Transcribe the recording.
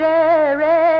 Jerry